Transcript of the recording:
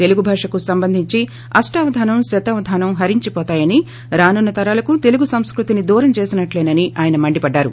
తెలుగు భాషకు సంబంధించి అష్టవధానం శతావధానం హరించివోతాయని రానున్న తరాలకి తెలుగు సంస్కృతిని దూరం చేసినట్లేనని ఆయన మండిపడ్డారు